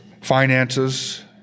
Finances